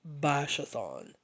Bashathon